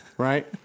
Right